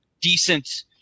decent